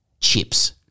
chips